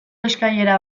eskailera